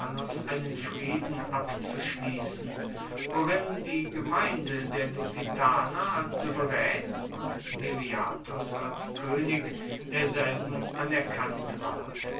einen frieden abzuschließen worin die gemeinde der lusitaner als souverän und viriathus als könig derselben anerkannt ward